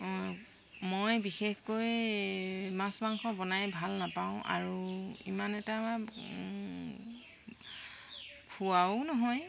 মই বিশেষকৈ মাছ মাংস বনাই ভাল নাপাওঁ আৰু ইমান এটা খোৱাও নহয়